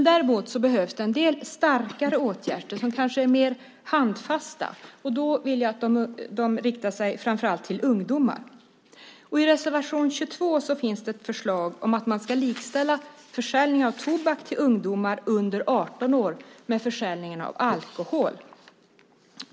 Däremot behövs det en del starka åtgärder som kanske är mer handfasta, och då vill jag att de riktas framför allt till ungdomar. I reservation 22 finns det ett förslag om att likställa försäljningen av tobak till ungdomar under 18 år med försäljningen av alkohol.